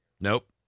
Nope